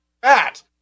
Bat